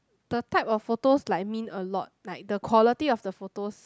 the type of photos like mean a lot like the quality of the photos